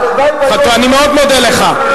אני ממש מודה לך,